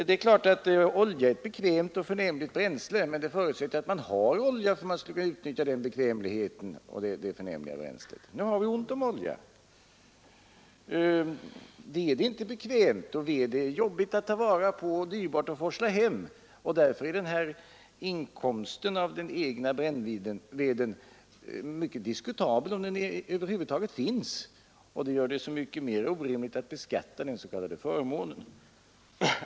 Det är klart att olja är ett bekvämt och förnämligt bränsle, men en förutsättning för att man skall kunna utnyttja detta bekväma och förnämliga bränsle är att man har olja. Nu har vi ont om olja. Ved är inte bekvämt, och ved är jobbigt att ta vara på och dyrbart att forsla hem. Därför är inkomsten av den egna brännveden mycket diskutabel, om den över huvud taget finns. Det gör det så mycket mer orimligt att beskatta den s.k. förmånen.